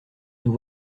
nous